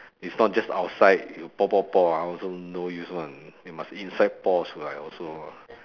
it's not just outside you pour pour pour ah also no use [one] you must inside pour also